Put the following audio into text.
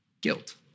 guilt